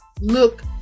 look